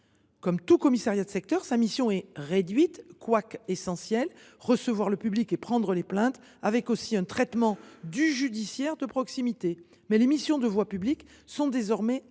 Comme tout commissariat de secteur, sa mission est réduite, quoique essentielle – recevoir le public et enregistrer les plaintes, mais aussi traiter le judiciaire de proximité –, mais les missions de voie publique sont désormais assurées